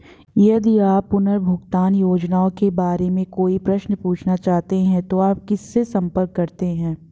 यदि आप पुनर्भुगतान योजनाओं के बारे में कोई प्रश्न पूछना चाहते हैं तो आप किससे संपर्क करते हैं?